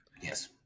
Yes